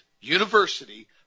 University